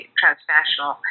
transnational